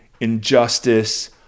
injustice